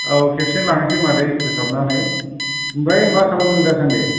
औ खेबसेनो लांसै मादै फोसाब नानै आमफ्राय मा खालामदों दा सानदि